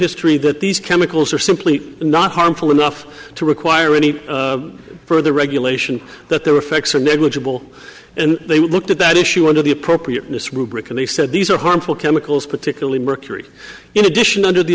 history that these chemicals are simply not harmful enough to require any further regulation that there are effects are negligible and they looked at that issue under the appropriateness rubric and he said these are harmful chemicals particularly mercury in addition under the